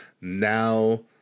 now